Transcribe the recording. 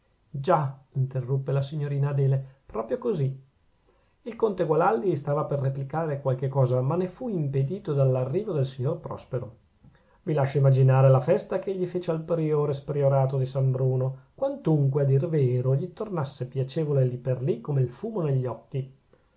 già interruppe la signorina adele proprio così il conte gualandi stava per replicare qualche cosa ma ne fu impedito dall'arrivo del signor prospero vi lascio immaginare la festa ch'egli fece al priore spriorato di san bruno quantunque a dir vero gli tornasse piacevole lì per lì come il fumo negli occhi